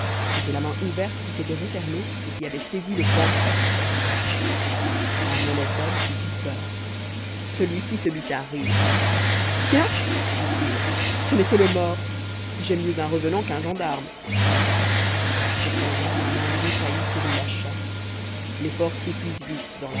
c'était la main ouverte qui s'était refermée et qui avait saisi le pan de sa capote un honnête homme eût eu peur celui-ci se mit à rire tiens dit-il ce n'est que le mort j'aime mieux un revenant qu'un gendarme cependant la main défaillit et le lâcha l'effort s'épuise vite